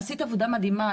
עשית עבודה מדהימה.